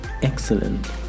excellent